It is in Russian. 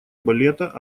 балета